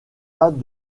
pas